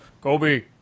Kobe